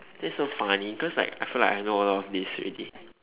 this is so funny cause like I feel like I know a lot of this already